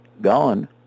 gone